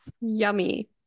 yummy